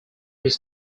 his